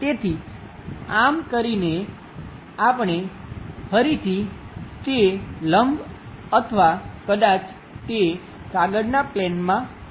તેથી આમ કરીને આપણે ફરીથી તે લંબ અથવા કદાચ તે કાગળના પ્લેનમાં હોય